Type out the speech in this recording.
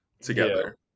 together